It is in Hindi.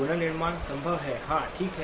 पुनर्निर्माण संभव है हाँ ठीक है